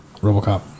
Robocop